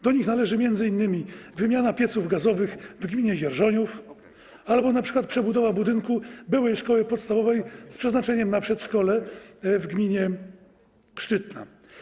Do nich należy m.in. wymiana pieców gazowych w gminie Dzierżoniów albo np. przebudowa budynku byłej szkoły podstawowej z przeznaczeniem na przedszkole w gminie Szczytna.